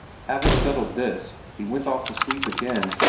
having settled this, he went off to sleep again,